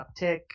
uptick